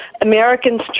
Americans